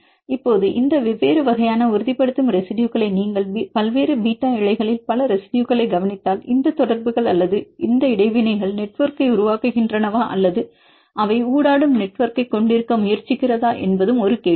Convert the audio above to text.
இப்போது இந்த வெவ்வேறு வகையான உறுதிப்படுத்தும் ரெசிடுயுகளை நீங்கள் பல்வேறு பீட்டா இழைகளில் பல ரெசிடுயுகளை கவனித்தால் இந்த தொடர்புகள் அல்லது இந்த இடைவினைகள் நெட்வொர்க்கை உருவாக்குகின்றனவா அல்லது அவை ஊடாடும் நெட்வொர்க்கைக் கொண்டிருக்க முயற்சிக்கிறதா என்பது ஒரு கேள்வியே